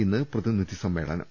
ഇന്ന് പ്രതിനിധ സമ്മേളനം